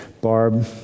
Barb